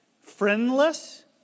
friendless